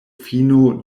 fino